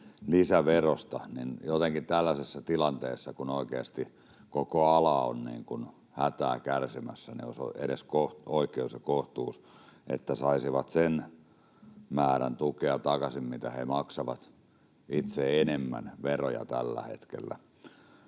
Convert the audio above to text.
lisäverosta, niin jotenkin tällaisessa tilanteessa, kun oikeasti koko ala on hätää kärsimässä, olisi oikeus ja kohtuus, että saisivat takaisin edes sen määrän tukea, mitä he maksavat itse enemmän veroja tällä hetkellä.